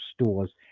stores